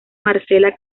marcela